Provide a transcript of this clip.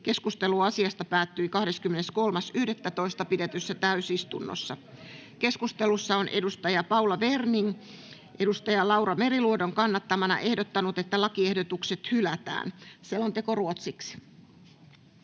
Keskustelu asiasta päättyi 23.11.2023 pidetyssä täysistunnossa. Keskustelussa Paula Werning on Laura Meriluodon kannattamana ehdottanut, että lakiehdotukset hylätään. [Speech 15] Speaker: